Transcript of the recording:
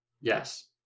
Yes